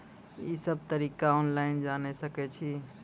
ई सब तरीका ऑनलाइन जानि सकैत छी?